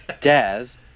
Daz